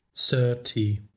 thirty